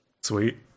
Sweet